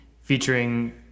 featuring